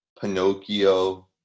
Pinocchio